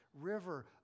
river